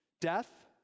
Death